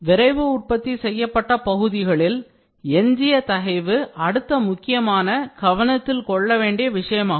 விரைவு உற்பத்தி செய்யப்பட்ட பகுதிகளில் எஞ்சிய தகைவு அடுத்த முக்கியமான கவனத்தில் கொள்ள வேண்டிய விஷயமாகும்